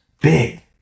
big